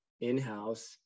in-house